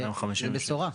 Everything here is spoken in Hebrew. זו בשורה.